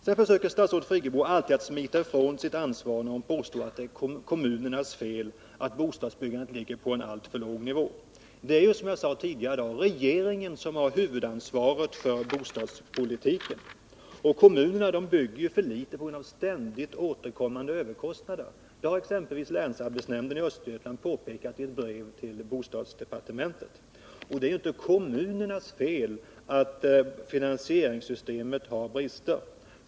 Statsrådet Friggebo försöker alltid smita ifrån sitt ansvar genom att påstå att det är kommunernas fel att bostadsbyggandet ligger på en för låg nivå. Det är, som jag sade tidigare i dag, regeringen som har huvudansvaret för bostadspolitiken. Kommunerna bygger för litet på grund av ständigt återkommande överkostnader. Det har exempelvis länsbostadsnämnden i Östergötland påpekat i ett brev till bostadsdepartementet. Det är ju inte kommunernas fel att finansieringssystemet har brister.